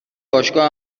باشگاه